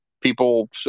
people